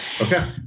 Okay